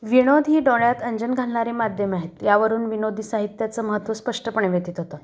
विनोद हे डोळ्यात अंजन घालणारे माध्यम आहेत यावरून विनोदी साहित्याच महत्त्व स्पष्टपणे व्यतित होतं